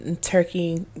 turkey